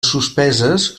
suspeses